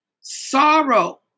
Sorrow